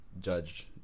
judged